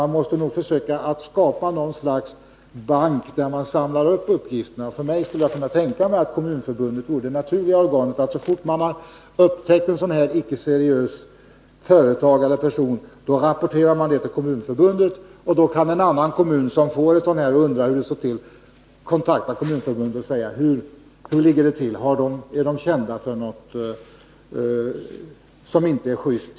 Man måste nog, som sagt, försöka skapa någon sorts bank, där man samlar uppgifter av detta slag. Jag skulle kunna tänka mig att Kommunförbundet vore det naturliga organet och att man så fort man upptäckt ett icke-seriöst företag eller en sådan person rapporterar detta till Kommunförbundet. Då kan kommunerna i samband med fastighetsaffärer kontakta Kommunförbundet och fråga: Hur ligger det till? Är detta företag känt sedan tidigare för något som inte är just?